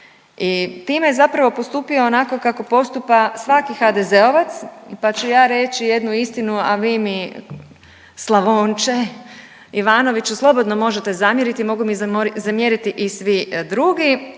i time je zapravo postupio onako kako postupa svaki HDZ-ovac, pa ću ja reći jednu istinu, a vi mi Slavonče Ivanoviću slobodno možete zamjeriti, mogu mi zamjeriti i svi drugi.